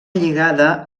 lligada